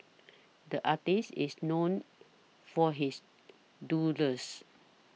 the artist is known for his doodles